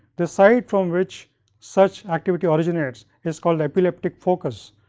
the site from which such activity originates is called epileptic focus,